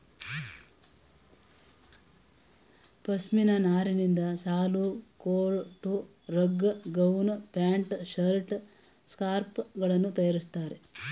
ಪಶ್ಮಿನ ನಾರಿನಿಂದ shawl, coat, rug, gown, pant, shirt, scarf ಗಳನ್ನು ತರಯಾರಿಸ್ತರೆ